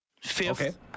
fifth